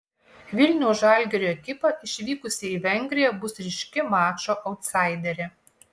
vilniaus žalgirio ekipa išvykusi į vengriją bus ryški mačo autsaiderė